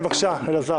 בבקשה, אלעזר.